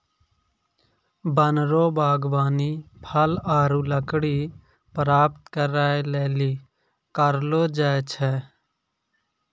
वन रो वागबानी फल आरु लकड़ी प्राप्त करै लेली करलो जाय छै